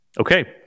Okay